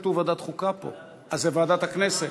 לוועדת הכנסת.